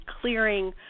clearing